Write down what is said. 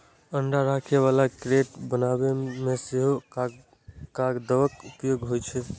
अंडा राखै बला क्रेट बनबै मे सेहो कागतक उपयोग होइ छै